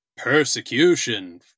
persecution